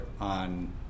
on